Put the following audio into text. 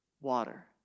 water